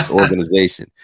organization